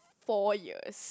four years